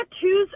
tattoos